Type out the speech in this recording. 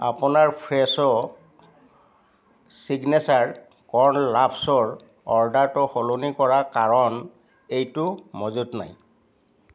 আপোনাৰ Fresho signature corn লাভছৰ অৰ্ডাৰটো সলনি কৰা কাৰণ এইটো মজুত নাই